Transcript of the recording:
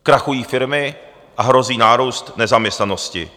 Krachují firmy a hrozí nárůst nezaměstnanosti.